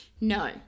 No